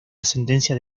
ascendencia